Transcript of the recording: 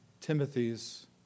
Timothy's